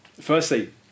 Firstly